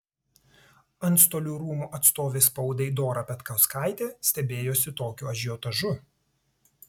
antstolių rūmų atstovė spaudai dora petkauskaitė stebėjosi tokiu ažiotažu